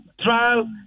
trial